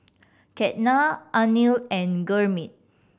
Ketna Anil and Gurmeet